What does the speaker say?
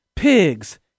pigs